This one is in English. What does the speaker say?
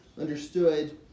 understood